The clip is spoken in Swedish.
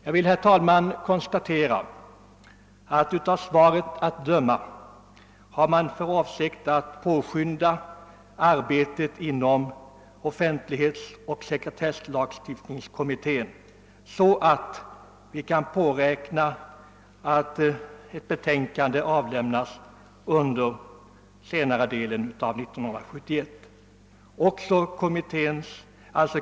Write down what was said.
Jag vill, herr talman, konstatera att av svaret att döma har man för avsikt att påskynda arbetet inom offentlighetsoch sekretesslagstiftningskommittén, så att vi kan påräkna att ett betänkande avlämnas under senare delen av 1971.